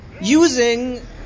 using